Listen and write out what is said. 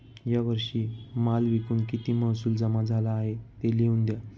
या वर्षी माल विकून किती महसूल जमा झाला आहे, ते लिहून द्या